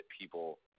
people